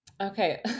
Okay